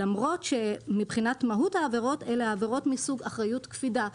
למרות שמבחינת מהות העבירות אלו עבירות מסוג אחריות קפידה,